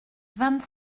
vingt